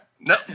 No